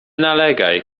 nalegaj